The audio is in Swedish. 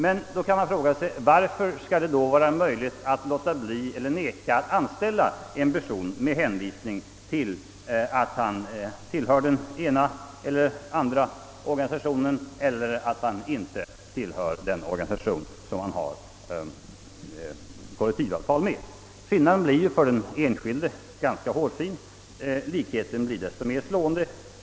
Men varför skall det då vara möjligt att vägra anställa en person med hänvisning till att han tillhör den ena eller andra organisationen eller att han inte tillhör den organisation man har slutit kollektivavtal med? Skillnaden blir för den enskilde ganska hårfin — likheten blir desto mer slående.